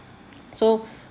so